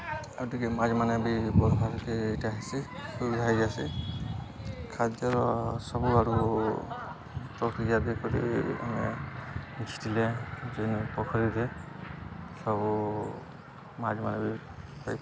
ଆର୍ ଟିକେ ମାଛ୍ମାନେ ବି ବଢ଼ବାର୍କେ ଇ'ଟା ହେସି ସୁବିଧା ହେଇଯାଏସି ଖାଦ୍ୟର ସବୁଆଡ଼ୁ ଯେ ପୋଖରୀରେ ସବୁ ମାଛ୍ମାନେ ବି ପାଇପାର୍ବେ